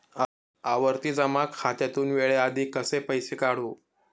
आवर्ती जमा खात्यातून वेळेआधी कसे पैसे काढू?